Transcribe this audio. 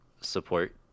Support